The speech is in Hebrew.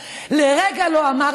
לרגע לא הפסקתם,